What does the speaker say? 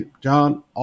John